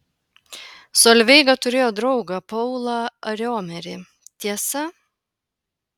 solveiga turėjo draugą paulą riomerį tiesa